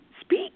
speak